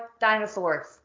dinosaurs